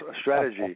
strategy